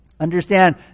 Understand